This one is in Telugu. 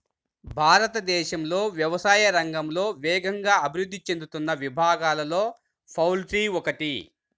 భారతదేశంలో వ్యవసాయ రంగంలో వేగంగా అభివృద్ధి చెందుతున్న విభాగాలలో పౌల్ట్రీ ఒకటి